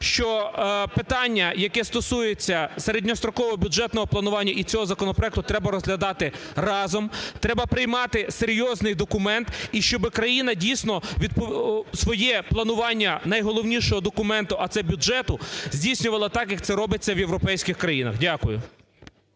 що питання, яке стосується середньострокового бюджетного планування і цього законопроекту, треба розглядати разом, треба приймати серйозний документ, і щоб країна дійсно своє планування найголовнішого документу, а це бюджету, здійснювала так, як це робиться в європейських країнах. Дякую.